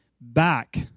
back